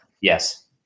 Yes